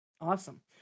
Awesome